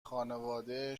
خانواده